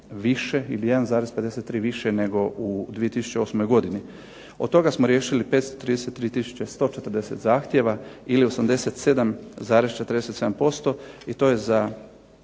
više ili 1,53 više nego u 2008. godini. Od toga smo riješili 533140 zahtjeva ili 87,47% i to je za